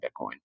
Bitcoin